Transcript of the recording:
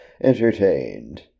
entertained